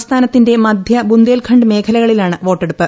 സംസ്ഥാനത്തിന്റെ മധ്യ ബുന്ദേൽഖണ്ഡ് മേഖലകളിലാണ് വോട്ടെടുപ്പ്